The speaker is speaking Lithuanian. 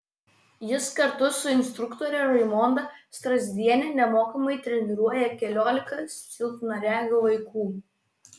jis kartu su instruktore raimonda strazdiene nemokamai treniruoja keliolika silpnaregių vaikų